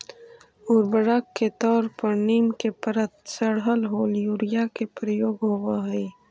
उर्वरक के तौर पर नीम के परत चढ़ल होल यूरिया के प्रयोग होवऽ हई